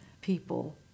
people